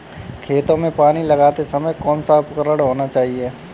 खेतों में पानी लगाते समय कौन सा उपकरण होना चाहिए?